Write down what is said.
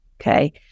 okay